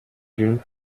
d’une